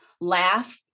laugh